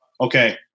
okay